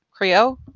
Creo